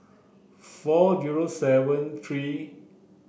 four zero seven three